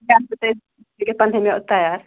پَنٛداہہِ مہِ اوس تیار